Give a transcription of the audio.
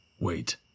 Wait